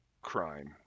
crime